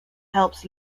helps